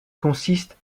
consiste